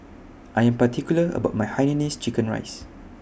I Am particular about My Hainanese Chicken Rice